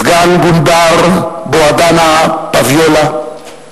סגן-גונדר בוהדנה פביולה,